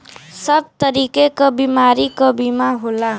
सब तरीके क बीमारी क बीमा होला